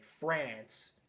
France